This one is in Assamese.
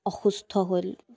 অসুস্থ হ'ল